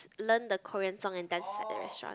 learn the Korean song and dance at the restaurant